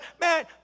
Man